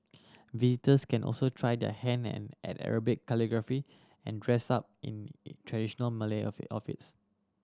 visitors can also try their hand at Arabic calligraphy and dress up in traditional Malay outfit outfits